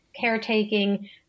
caretaking